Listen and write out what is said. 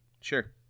Sure